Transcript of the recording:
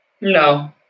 no